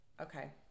okay